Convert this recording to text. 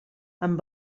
amb